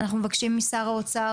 אנחנו מבקשים משר האוצר,